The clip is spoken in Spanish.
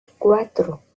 cuatro